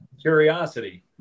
curiosity